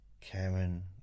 Karen